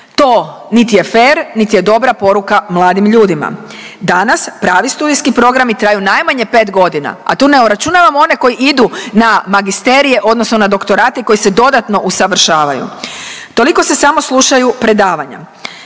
To niti je fer niti je dobra poruka mladim ljudima. Danas prati studijski programi traju najmanje 5 godina, a tu ne uračunavamo one koji idu na magisterije odnosno na doktorate koji se dodatno usavršavaju. Toliko se samo slušaju predavanja,